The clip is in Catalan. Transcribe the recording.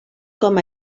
com